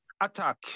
attack